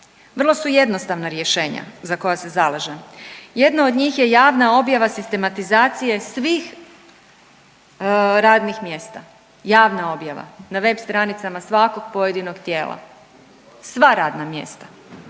vrlo su jednostavna rješenja za koja se zalažem. Jedno od njih je javna objava sistematizacije svih radnih mjesta, javna objava, na web stranicama svakog radnog tijela, sva radna mjesta,